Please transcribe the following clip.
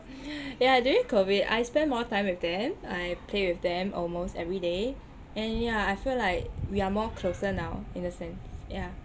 yah during COVID I spend more time with them I play with them almost everyday and yah I feel like we are more closer now in the sense yah